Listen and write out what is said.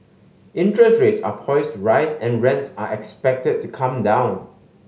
interest rates are poised to rise and rents are expected to come down